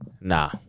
nah